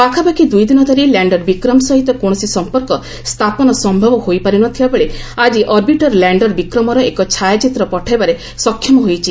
ପାଖାପାଖି ଦୁଇ ଦିନ ଧରି ଲ୍ୟାଶ୍ଚର୍ ବିକ୍ରମ ସହିତ କୌଣସି ସମ୍ପର୍କ ସ୍ଥାପନ ସମ୍ଭବ ହୋଇପାରି ନ ଥିବାବେଳେ ଆଜି ଅର୍ବିଟର୍ ଲ୍ୟାଣ୍ଡର୍ ବିକ୍ରମର ଏକ ଛାୟା ଚିତ୍ର ପଠାଇବାରେ ସକ୍ଷମ ହୋଇଛି